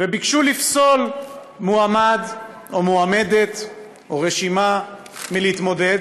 וביקשו לפסול מועמד או מועמדת או רשימה מלהתמודד